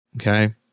okay